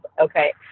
Okay